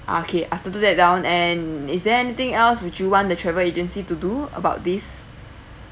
okay I have noted that down and is there anything else would you want the travel agency to do about this